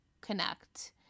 connect